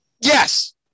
yes